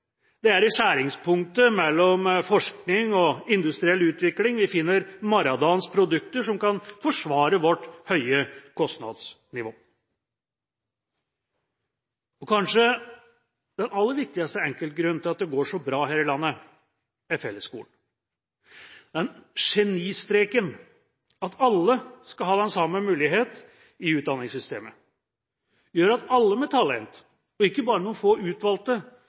Det er i skjæringspunktet mellom forskning og industriell utvikling vi finner morgendagens produkter som kan forsvare vårt høye kostnadsnivå. Den kanskje aller viktigste enkeltgrunnen til at det går så bra her i landet, er fellesskolen. Denne genistreken, at alle skal ha den samme muligheten i utdanningssystemet, gjør at alle med talent, og ikke bare noen få utvalgte,